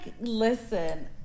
listen